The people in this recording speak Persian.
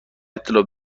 اطلاع